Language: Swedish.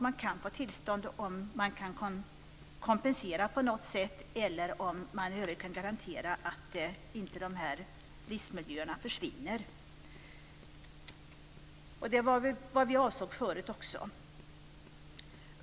Man kan få tillstånd om man på något sätt kan kompensera eller garantera att livsmiljöerna inte försvinner. Det var vad vi avsåg tidigare också.